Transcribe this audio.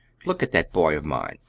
look at that boy of mine!